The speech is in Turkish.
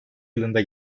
yılında